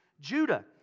Judah